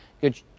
Good